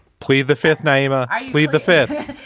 plead the fifth name. ah i plead the fifth.